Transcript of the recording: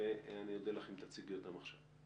ואני אודה לך אם תציגי אותם עכשיו.